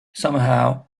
somehow